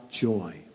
joy